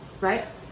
right